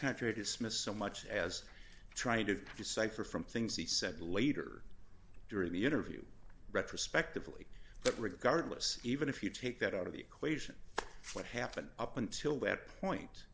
country dismissed so much as trying to decipher from things he said later during the interview retrospective lee but regardless even if you take that out of the equation what happened up until that point